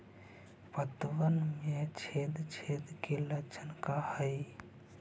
पतबन में छेद छेद के लक्षण का हइ?